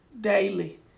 Daily